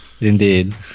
Indeed